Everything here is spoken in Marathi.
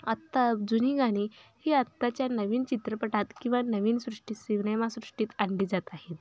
आत्ता जुनी गाणी ही आत्ताच्या नवीन चित्रपटात किंवा नवीन सृष्टी सिनेमा सृष्टीत आणली जात आहेत